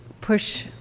push